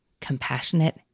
compassionate